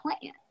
plan